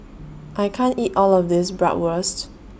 I can't eat All of This Bratwurst